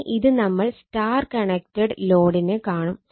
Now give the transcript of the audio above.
ഇനി ഇത് നമ്മൾ സ്റ്റാർ കണക്റ്റഡ് ലോഡിന് കാണും